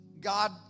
God